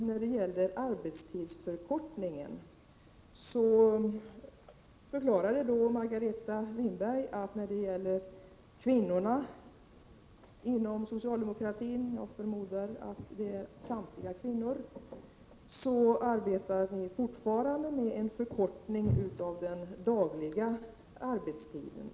När det gäller arbetstidsförkortningen förklarar Margareta Winberg att kvinnorna inom socialdemokratin — jag förmodar att det är samtliga kvinnor —- fortfarande arbetar för en förkortning av den dagliga arbetstiden.